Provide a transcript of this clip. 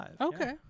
okay